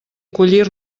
collir